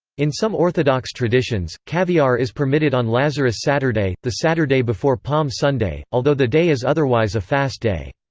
in some orthodox traditions, caviar is permitted on lazarus saturday, the saturday before palm sunday, although the day is otherwise a fast day.